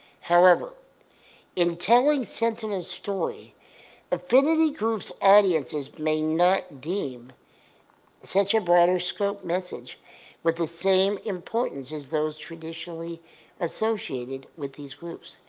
however in telling sentinel's story affinity groups audiences may not deem such a broader scope message with the same importance as those traditionally associated with those groups.